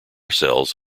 cells